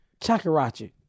Chakarachi